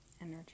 energy